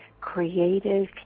creative